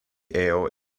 ale